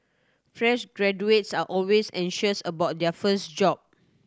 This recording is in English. fresh graduates are always anxious about their first job